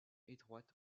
étroite